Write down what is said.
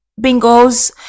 bingos